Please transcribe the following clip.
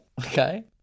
Okay